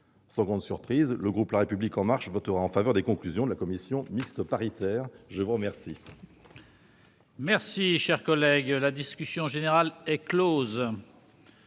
Sans grande surprise, le groupe La République En Marche votera en faveur des conclusions de la commission mixte paritaire. La discussion